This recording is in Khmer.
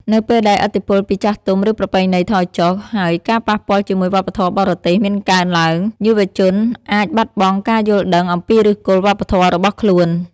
នៅពេលដែលឥទ្ធិពលពីចាស់ទុំ ឬប្រពៃណីថយចុះ ហើយការប៉ះពាល់ជាមួយវប្បធម៌បរទេសមានកើនឡើង យុវជនអាចបាត់បង់ការយល់ដឹងអំពីឫសគល់វប្បធម៌របស់ខ្លួន។